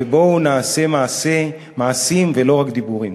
ובואו נעשה מעשים ולא רק דיבורים.